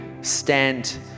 stand